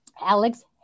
Alex